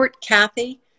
Kathy